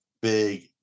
big